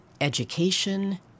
education